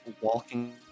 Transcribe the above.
Walking